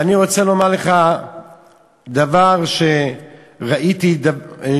ואני רוצה לומר לך דבר שראיתי בהלכה,